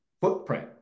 footprint